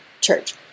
church